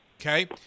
Okay